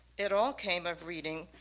it all came of reading